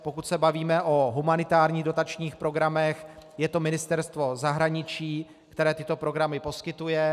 Pokud se bavíme o humanitárních dotačních programech, je to Ministerstvo zahraničí, které tyto programy poskytuje.